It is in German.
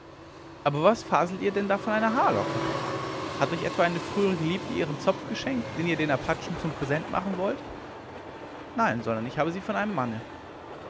aber was faselt ihr denn da von einer haarlocke hat euch etwa eine frühere geliebte ihren zopf geschenkt den ihr den apachen zum präsent machen wollt nein sondern ich habe sie von einem manne